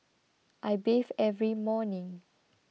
I bathe every morning